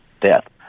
death